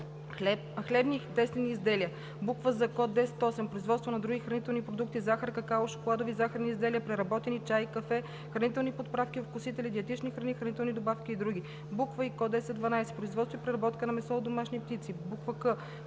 хлебни и тестени изделия; з) код 10.8 – Производство на други хранителни продукти (захар, какао, шоколадови и захарни изделия, преработени чай и кафе, хранителни подправки и овкусители, диетични храни, хранителни добавки и др.); и) код 10.12 – Производство и преработка на месо от домашни птици; к)